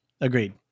Agreed